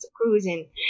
cruising